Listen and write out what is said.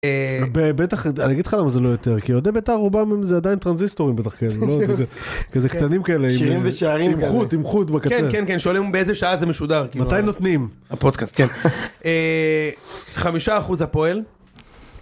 בטח אני אגיד לך למה זה לא יותר כי אוהדי ביתר רובם זה עדיין טרנזיסטורים בטח כאלה. כזה קטנים כאלה. עם שירים ושערים. עם חוט בקצה. כן כן שואלים באיזה שעה זה משודר. מתי נותנים. הפודקאסט כן. 5% הפועל.